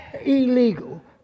illegal